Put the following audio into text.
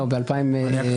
ב-2015,